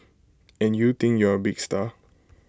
and you think you're A big star